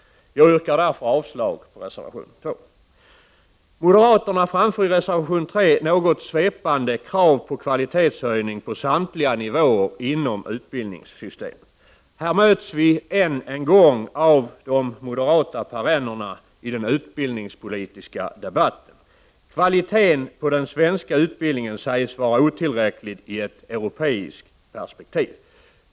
Jag yrkar därför avslag på reservation 2 Moderaterna framför i reservation 3 något svepande krav på kvalitetshöjning på samtliga nivåer inom utbildningssystemet. Här möts vi än en gång av en av de moderata perennerna i den utbildningspolitiska debatten. Kvaliteten på den svenska utbildningen sägs vara otillräcklig i ett europeiskt perspektiv.